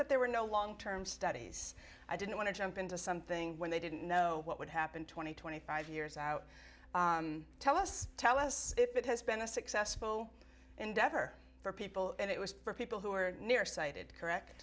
that there were no long term studies i didn't want to jump into something when they didn't know what would happen two thousand and twenty five years out tell us tell us if it has been a successful endeavor for people and it was for people who are near sighted correct